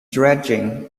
dredging